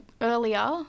earlier